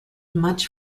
much